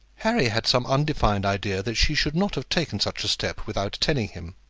harry had some undefined idea that she should not have taken such a step without telling him.